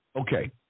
Okay